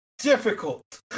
Difficult